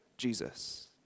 Jesus